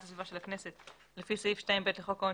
הסביבה של הכנסת לפי סעיף 2(ב) לחוק העונשין,